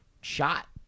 shot